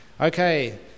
Okay